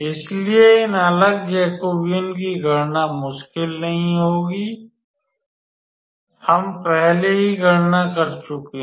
इसलिए इन अलग जैकोबियन की गणना करना मुश्किल नहीं होगा हम पहले ही गणना कर चुके हैं